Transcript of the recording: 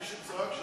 מי שצעק,